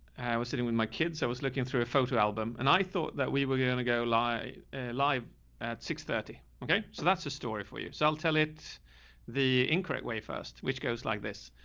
i was sitting with my kids, so i was looking through a photo album and i thought that we were going to go lie live at six thirty. okay, so that's a story for you. so i'll tell it the incorrect way first, which goes like this.